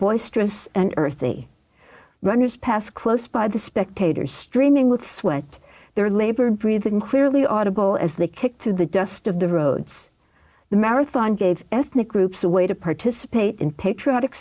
boisterous and earthy runners pass close by the spectators streaming with sweat their labored breathing clearly audible as they kicked to the dust of the roads the marathon gave ethnic groups a way to participate in patriotic